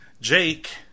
Jake